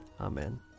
Amen